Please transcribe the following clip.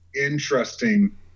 interesting